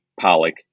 Pollock